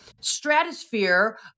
stratosphere